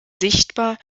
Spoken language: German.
sichtbar